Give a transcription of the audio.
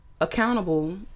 accountable